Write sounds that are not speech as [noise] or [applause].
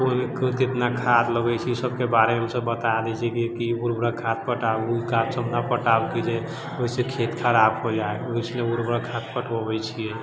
कितना खाद्य लगैत छै सबके बारेमे हमसब बताए दै छियै कि खाद्य पटाबू [unintelligible] ओहिसँ खेत खराब हो जाएत [unintelligible] ओहिसँ उर्वरक खाद्य पटबै छियै